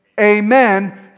amen